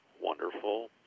wonderful